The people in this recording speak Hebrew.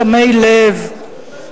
תמי לב,